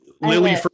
Lily